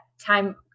time